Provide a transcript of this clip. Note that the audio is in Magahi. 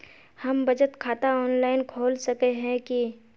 हम बचत खाता ऑनलाइन खोल सके है की?